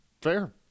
Fair